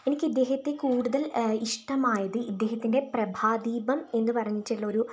എനിക്ക് ഇദ്ദേഹത്തെ കൂടുതൽ ഇഷ്ടമായത് ഇദ്ദേഹത്തിൻ്റെ പ്രഭാദീപം എന്ന് പറഞ്ഞിട്ടുള്ളൊരു